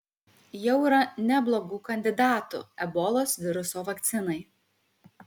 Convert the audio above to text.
jau yra neblogų kandidatų ebolos viruso vakcinai